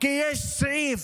כי יש סעיף,